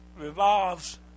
revolves